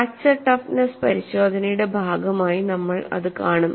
fracture toughness പരിശോധനയുടെ ഭാഗമായി നമ്മൾ അത് കാണും